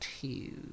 two